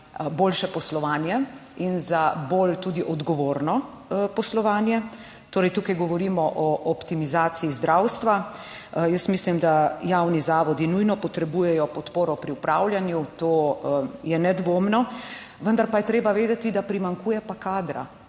boljše poslovanje in za bolj tudi odgovorno poslovanje, torej tukaj govorimo o optimizaciji zdravstva. Jaz mislim, da javni zavodi nujno potrebujejo podporo pri upravljanju, to je nedvomno, vendar pa je treba vedeti, da primanjkuje pa kadra,